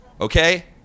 okay